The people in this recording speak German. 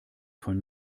von